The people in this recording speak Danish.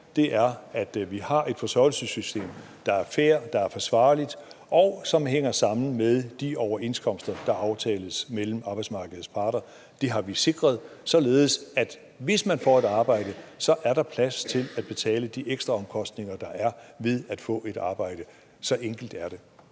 her, er, at vi har et forsørgelsessystem, der er fair, der er forsvarligt, og som hænger sammen med de overenskomster, der aftales mellem arbejdsmarkedets parter. Det har vi sikret, således at hvis man får et arbejde, er der plads til at betale de ekstra omkostninger, der er ved at få et arbejde. Så enkelt er det.